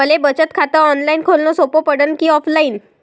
मले बचत खात ऑनलाईन खोलन सोपं पडन की ऑफलाईन?